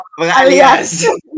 alias